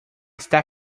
esta